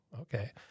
okay